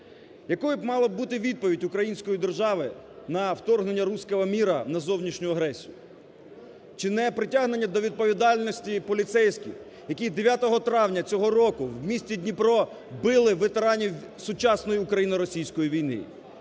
Якою б мала бути відповідь української держави на вторгнення "русского мира" на зовнішню агресію? Чи непритягнення до відповідальності і поліцейських, які 9 травня цього року в місті Дніпро били ветеранів сучасної україно-російської війни?